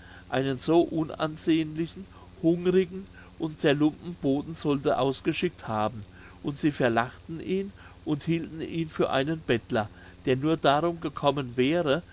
einen so unansehnlichen hungrigen und zerlumpten boten sollte ausgeschickt haben und sie verlachten ihn und hielten ihn für einen bettler der nur darum gekommen wäre